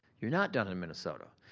you're not done in minnesota.